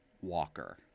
Walker